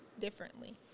differently